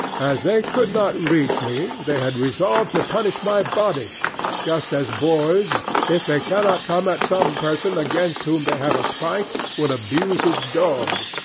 as they could not reach me, they had resolved to punish my body just as boys, if they cannot come at some person against whom they have a spite, will abuse his dog.